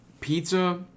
pizza